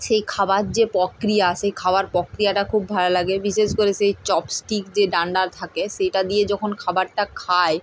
সেই খাবার যে প্রক্রিয়া সেই খাবার প্রক্রিয়াটা খুব ভালো লাগে বিশেষ করে সেই চপস্টিক যে ডান্ডা থাকে সেটা দিয়ে যখন খাবারটা খায়